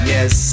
Yes